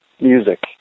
music